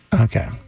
Okay